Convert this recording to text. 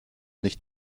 nicht